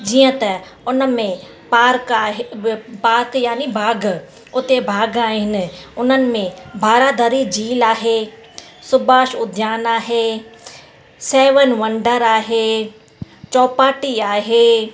जीअं त उन में पार्क आहे बि पार्क यानी बाग़ु उते बाग़ आहिनि उन्हनि में बारहदरी झील आहे सुभाष उद्यान आहे सेवन वंडर आहे चौपाटी आहे